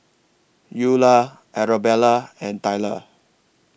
Eulah Arabella and Tyler